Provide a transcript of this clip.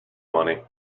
money